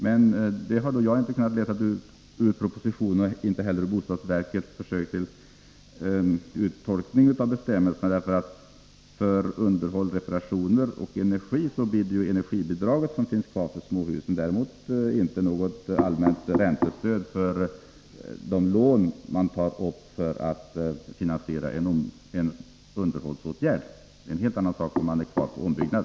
Men det har då jag inte kunnat läsa ut av propositionen, och inte heller av bostadsverkets försök till uttolkning av bestämmelserna. För underhåll och reparationer i energibesparande syfte finns ju energibidraget kvar för småhusen, men däremot inte något allmänt räntestöd för de lån man tar upp för att finansiera en underhållsåtgärd. Det är en helt annan sak om man håller sig till ombyggnad.